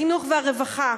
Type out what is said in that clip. החינוך והרווחה,